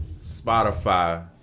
Spotify